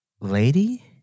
lady